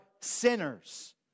sinners